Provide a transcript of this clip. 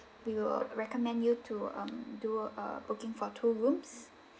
we will recommend you to um do a booking for two rooms